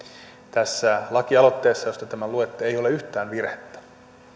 tässä lakialoitteessa jos te tämän luette ei ole yhtään virhettä